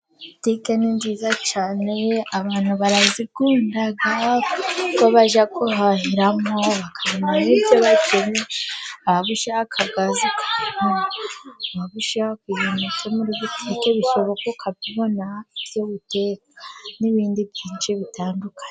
Butike ni nziza cyane, abantu barazikunda kuko bajya guhahiramo bakabonamo ibyo bakeneye, waba ushaka gaze ukayibona, waba ushaka ibintu byo muri butike bishoboka ukabibona, ibyo guteka n'ibindi byinshi bitandukanye.